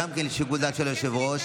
גם זה שיקול דעת של היושב-ראש.